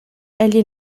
egli